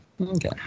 Okay